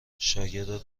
شاگرد